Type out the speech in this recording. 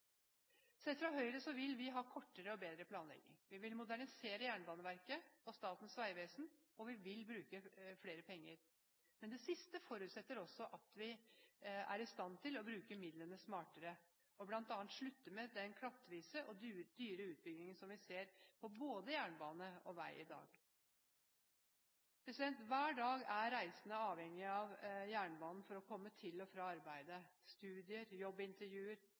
Høyre vil vi ha kortere og bedre planlegging, vi vil modernisere jernbaneverket og Statens vegvesen, og vi vil bruke flere penger. Det siste forutsetter også at vi er i stand til å bruke midlene smartere og bl.a. slutte med den klattvise og dyre utbyggingen som vi ser på både jernbane og vei i dag. Hver dag er reisende avhengig av jernbanen for å komme til og fra arbeid, studier,